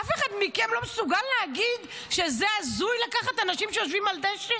אף אחד מכם לא מסוגל להגיד שזה הזוי לקחת אנשים שיושבים על דשא,